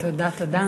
תודה, תודה.